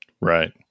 Right